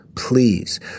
please